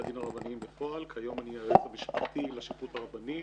כיום היועץ המשפטי לשיפוט הרבני.